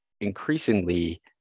increasingly